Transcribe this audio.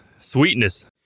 Sweetness